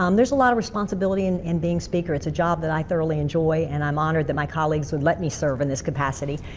um there's a lot of responsibility in in being speaker. it's a job that i thoroughly enjoy and i'm honored that my colleagues let me serve in this capacity.